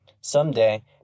Someday